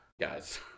Guys